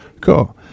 cool